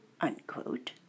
unquote